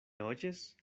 oyes